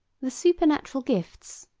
the supernatural gifts,